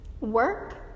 work